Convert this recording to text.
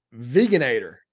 veganator